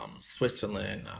Switzerland